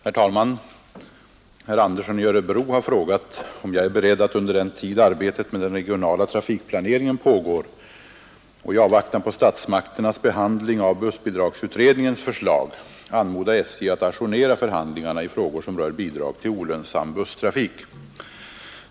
Herr talman! Herr Andersson i Örebro har frågat om jag är beredd att under den tid arbetet med den regionala trafikplaneringen pågår och i avvaktan på statsmakternas behandling av bussbidragsutredningens förslag anmoda SJ att ajournera förhandlingarna i frågor som rör bidrag till olönsam busstrafik.